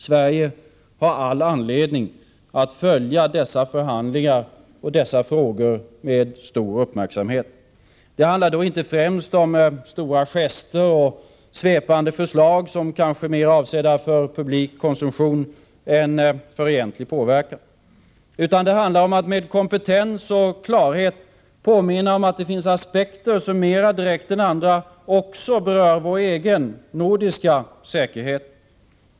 Sverige har all anledning att följa dessa förhandlingar och dessa frågor med stor uppmärksamhet. Det handlar då inte främst om stora gester och svepande förslag, som kanske är mer avsedda för publik konsumtion än för egentlig påverkan. Det handlar i stället om att med kompetens och klarhet påminna om att det finns aspekter som mera direkt än andra också berör vår egen nordiska säkerhet.